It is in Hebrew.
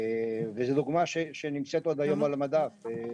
וזו דוגמה שנמצאת היום על המדף.